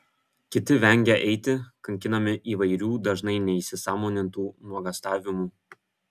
kiti vengia eiti kankinami įvairių dažnai neįsisąmonintų nuogąstavimų